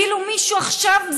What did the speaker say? כאילו מישהו עכשיו,